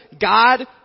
God